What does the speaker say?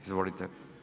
Izvolite.